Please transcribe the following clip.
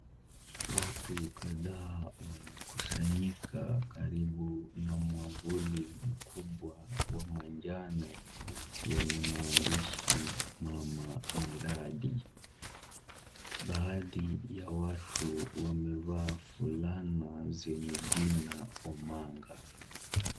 Watu kadha wamekusanyika karibu na mwavuli mkubwa wa manjano wenye maandishi mama miradi, baadhi ya watu wamevaa fulana zenye jina Omanga.